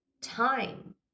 time